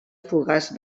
fugaç